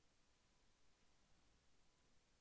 ఒక కుటుంబంలో ఇద్దరు సభ్యులకు ఋణం ఇస్తారా?